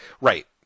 Right